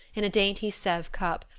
in a dainty sevres cup,